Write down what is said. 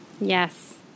Yes